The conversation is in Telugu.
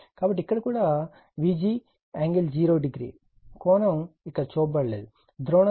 కాబట్టి ఇక్కడ కూడా Vg∠00 కోణం ఇక్కడ చూపబడలేదు ధ్రువణత ఇక్కడ చూపబడింది